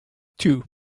two